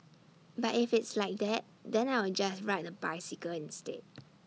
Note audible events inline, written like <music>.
but if it's like that then I will just ride the bicycle instead <noise>